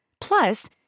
Plus